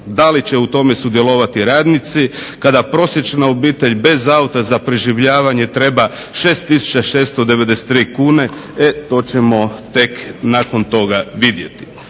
da li će u tome sudjelovati radnici kada prosječna obitelj bez auta za preživljavanje treba 6 tisuća 693 kune, e to ćemo tek nakon toga vidjeti.